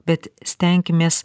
bet stenkimės